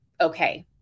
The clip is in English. okay